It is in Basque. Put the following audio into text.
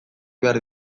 behar